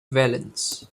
valens